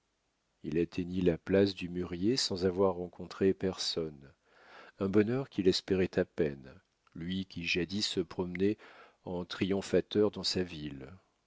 il atteignit la place du mûrier sans avoir rencontré personne un bonheur qu'il espérait à peine lui qui jadis se promenait en triomphateur dans sa ville